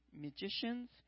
magicians